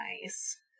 nice